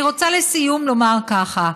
אני רוצה לסיום לומר ככה: